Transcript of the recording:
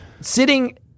sitting